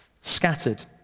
scattered